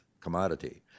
commodity